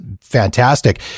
fantastic